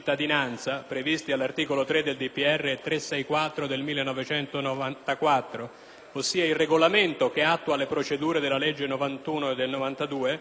ossia il regolamento che attua le procedure della legge n. 91 del 1992, sono di due anni, cioè di 730 giorni. Non solo, ma dal sito